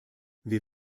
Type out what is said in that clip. wir